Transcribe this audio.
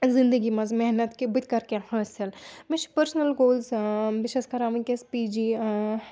زِندگی منٛز محنت کہِ بہٕ تہِ کَرٕ کیٚنٛہہ حٲصِل مےٚ چھِ پٔرسٕنَل گولٕز بہٕ چھَس کَران وٕنکٮ۪س پی جی